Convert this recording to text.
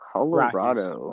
Colorado